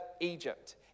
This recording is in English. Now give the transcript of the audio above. Egypt